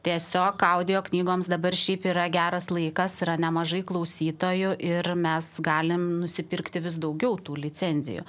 tiesiog audioknygoms dabar šiaip yra geras laikas yra nemažai klausytojų ir mes galim nusipirkti vis daugiau tų licencijų